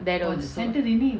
that also